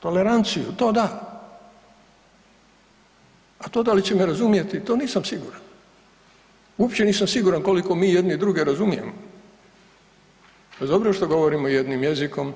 Toleranciju, to da, a to da li će me razumjeti to nisam siguran, uopće nisam siguran koliko mi jedni druge razumijemo, bez obzira što govorimo jednim jezikom